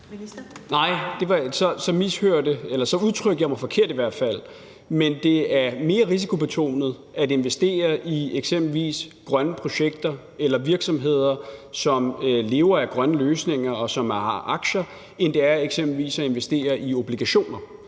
også så udtrykte jeg mig forkert i hvert fald. Men det er mere risikobetonet at investere i eksempelvis grønne projekter eller virksomheder, som lever af grønne løsninger, og som har aktier, end det er eksempelvis at investere i obligationer.